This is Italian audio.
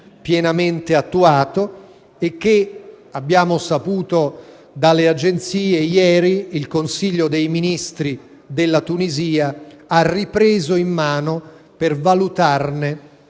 pienamente attuato e che - lo abbiamo saputo dalle agenzie ieri - il Consiglio dei ministri della Tunisia ha ripreso in mano per valutarne